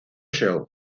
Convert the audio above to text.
shell